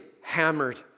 hammered